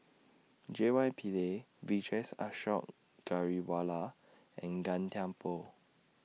J Y Pillay Vijesh Ashok Ghariwala and Gan Thiam Poh